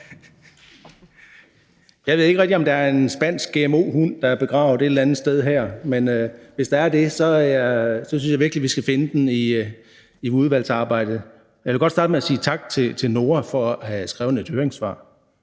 Jeg ved ikke rigtig, om der er en spansk gmo-hund, der er begravet et eller andet sted her, men hvis der er det, synes jeg virkelig, vi skal finde den i udvalgsarbejdet. Jeg vil godt starte med at sige tak til NOAH for at have skrevet et høringssvar.